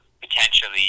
potentially